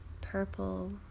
purple